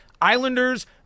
Islanders